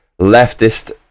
leftist